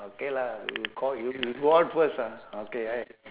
okay lah you call y~ you go out first ah okay I